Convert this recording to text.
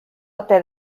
ote